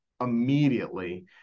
immediately